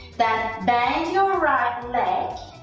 then bend your right leg